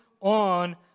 on